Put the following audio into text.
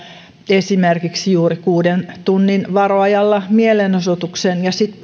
esimerkiksi juuri kuuden tunnin varoajalla mielenosoituksen ja sitten